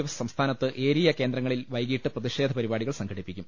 F സംസ്ഥാനത്ത് area കേന്ദ്രങ്ങളിൽ വൈകീട്ട് പ്രതി ഷേധ പരിപാടികൾ സംഘടിപ്പിക്കും